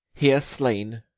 here slain,